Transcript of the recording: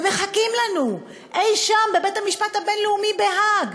ומחכים לנו אי-שם בבית-המשפט הבין-לאומי בהאג.